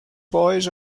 boys